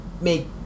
make